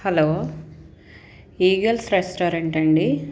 hello Eagles రెస్టారెంటండీ